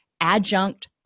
adjunct